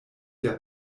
der